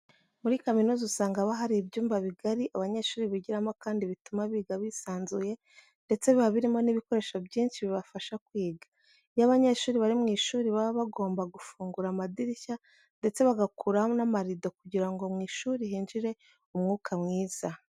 Muri kaminuza usanga haba hari ibyumba bigari abanyeshuri bigiramo kandi bituma biga bisanzuye ndetse biba birimo n'ibikoresho byinshi bibafasha kwiga. Iyo abanyeshuri bari mu ishuri baba bagomba gufungura amadirishya ndetse bagakuraho n'amarido kugira ngo mu ishuri hinjire umwuka mwiza.